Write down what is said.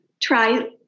try